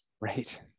Right